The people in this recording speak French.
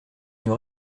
nous